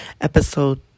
Episode